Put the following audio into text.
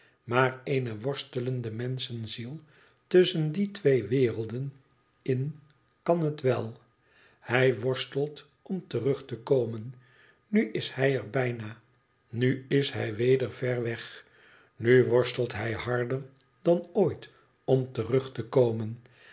maar eene worstelende menschenziel tusschen die tweewerelden in kan het wel hij worstelt om terug te komen nu is hij er bijna nu is hij weder ver weg nu worstelt hij harder dan ooit om terug te komen